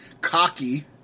cocky